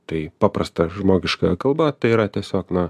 tai paprasta žmogiška kalba tai yra tiesiog na